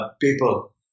people